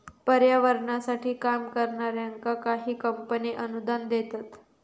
पर्यावरणासाठी काम करणाऱ्यांका काही कंपने अनुदान देतत